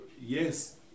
yes